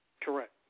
Correct